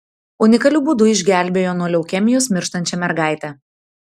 unikaliu būdu išgelbėjo nuo leukemijos mirštančią mergaitę